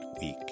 week